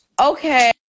Okay